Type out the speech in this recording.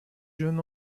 jeune